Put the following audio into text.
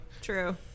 True